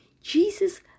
Jesus